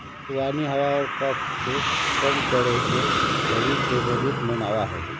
खुबानी हवा और कफ के कम करके शरीर के मजबूत बनवा हई